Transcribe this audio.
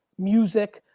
music,